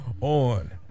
on